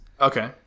Okay